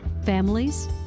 families